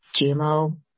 GMO